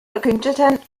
verkündeten